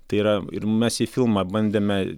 tai yra ir mes į filmą bandėme